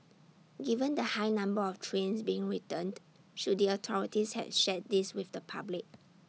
given the high number of trains being returned should the authorities have shared this with the public